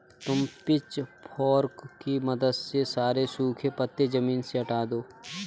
तुम पिचफोर्क की मदद से ये सारे सूखे पत्ते ज़मीन से हटा दो